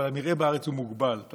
והמרעה בארץ הוא מוגבל.